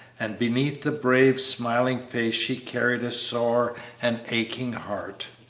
and beneath the brave, smiling face she carried a sore and aching heart.